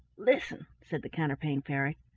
listen! said the counterpane fairy.